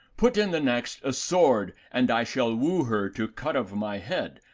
put in the next a sword, and i shall woo her to cut of my head.